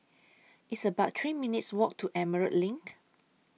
It's about three minutes' Walk to Emerald LINK